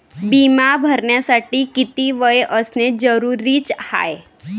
बिमा भरासाठी किती वय असनं जरुरीच हाय?